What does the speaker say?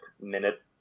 minute